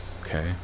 Okay